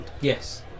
Yes